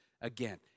again